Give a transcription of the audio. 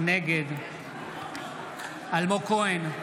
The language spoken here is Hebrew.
נגד אלמוג כהן,